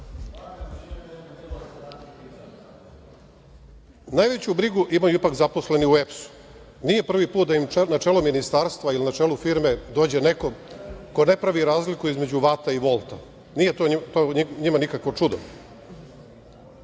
stvari. Najveću brigu imaju ipak zaposleni u EPS-u. Nije prvi put da ima na čelo ministarstva ili na čelo firme dođe neko ko ne pravi razliku između vata i volta. Njima to njima nikakvo čudo. Bilo